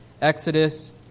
Exodus